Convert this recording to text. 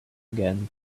again